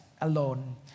alone